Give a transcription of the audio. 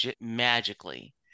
magically